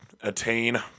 attain